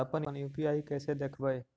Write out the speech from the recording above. अपन यु.पी.आई कैसे देखबै?